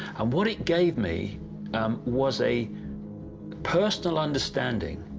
and what it gave me was a personal understanding,